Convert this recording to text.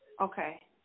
Okay